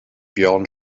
björn